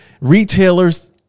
retailers